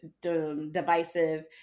divisive